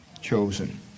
Chosen